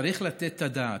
צריך לתת את הדעת.